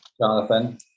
Jonathan